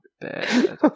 bad